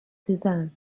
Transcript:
susan